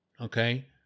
okay